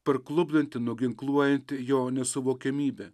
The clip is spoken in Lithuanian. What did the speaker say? parklupdanti nuginkluojanti jo nesuvokiamybė